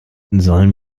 sollen